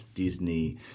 Disney